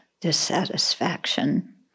dissatisfaction